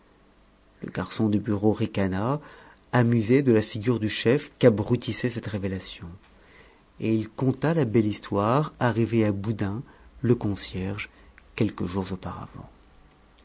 le garçon de bureau ricana amusé de la figure du chef qu'abrutissait cette révélation et il conta la belle histoire arrivée à boudin le concierge quelques jours auparavant